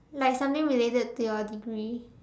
like something related to your degree